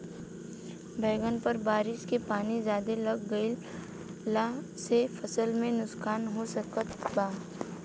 बैंगन पर बारिश के पानी ज्यादा लग गईला से फसल में का नुकसान हो सकत बा?